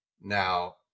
now